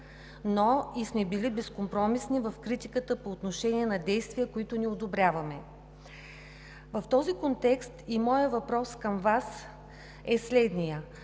но сме били безкомпромисни в критиката по отношение на действия, които не одобряваме. В този контекст е и моят въпрос към вас. Вие